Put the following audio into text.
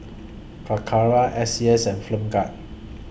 Calacara S C S and Flim Gad